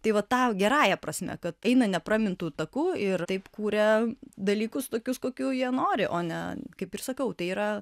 tai va ta gerąja prasme kad eina nepramintu taku ir taip kuria dalykus tokius kokių jie nori o ne kaip ir sakau tai yra